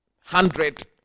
hundred